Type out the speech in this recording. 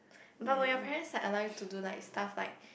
but will your parents like allow you to do like stuff like